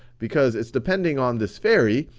because it's depending on this fairy,